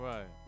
Right